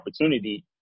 opportunity